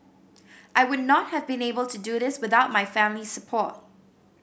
I would not have been able to do this without my family's support